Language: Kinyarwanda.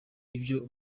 ivyo